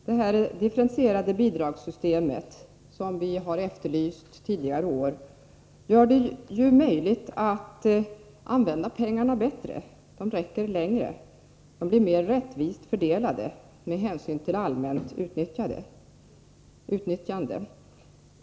Det differentierade bidragssystemet som vi har efterlyst under tidigare år gör det ju möjligt att använda pengarna bättre och att få dem att räcka längre. De blir också mer rättvist fördelade med hänsyn till det allmänna utnyttjandet.